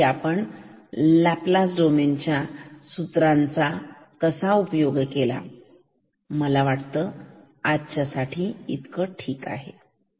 इथे आपण Laplace domain च्या सूत्रांचा कसा उपयोग केला मला वाटतं आजच्या साठी इतकच ठीक आहे